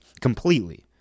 completely